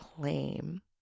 claim